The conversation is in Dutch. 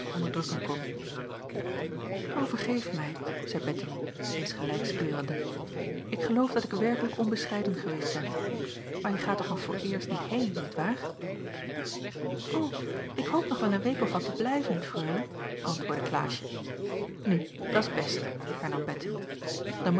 onderdrukken kon o vergeef mij zeî bettemie insgelijks kleurende ik geloof dat ik werkelijk onbescheiden geweest ben maar je gaat toch nog vooreerst niet heen niet waar o ik hoop nog wel een week of wat te blijven freule antwoordde klaasje nu dat s best hernam